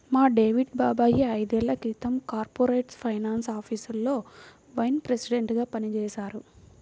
మా డేవిడ్ బాబాయ్ ఐదేళ్ళ క్రితం కార్పొరేట్ ఫైనాన్స్ ఆఫీసులో వైస్ ప్రెసిడెంట్గా పనిజేశారు